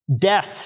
death